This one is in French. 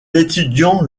étudiant